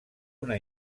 una